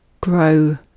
grow